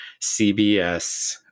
CBS